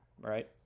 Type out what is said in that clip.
right